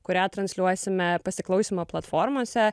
kurią transliuosime pasiklausymo platformose